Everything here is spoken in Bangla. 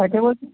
হ্যাঁ কে বলছেন